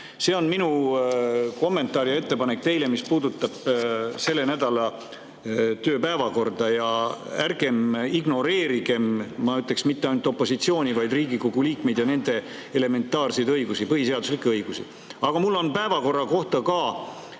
See on minu kommentaar ja ettepanek teile, mis puudutab selle nädala päevakorda. Ärgem ignoreerigem, ma ütleks, mitte ainult opositsiooni, vaid üldse Riigikogu liikmeid ja nende elementaarseid põhiseaduslikke õigusi! Aga mul on päevakorra kohta ka